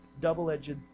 double-edged